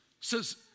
Says